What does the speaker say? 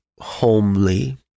homely